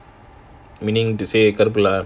meaning to say கறுப்புல:karuppula